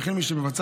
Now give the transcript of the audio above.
וכן מי שמבצע